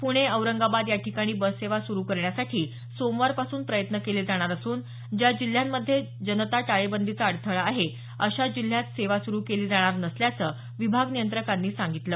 पुणे औरंगाबाद याठिकाणी बस सेवा सुरू करण्यासाठी सोमवार पासून प्रयत्न केले जाणार असून ज्या जिल्ह्यांमध्ये जाताना टाळेबंदीचा अडथळा आहे अशा जिल्ह्यात सेवा सुरू केली जाणार नसल्याचं विभाग नियंत्रकांनी सांगितलं